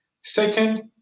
Second